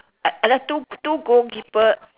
I I like two two goal keeper